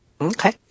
Okay